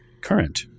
Current